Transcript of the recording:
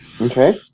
Okay